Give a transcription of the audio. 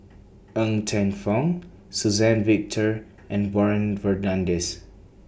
Ng Teng Fong Suzann Victor and Warren Fernandez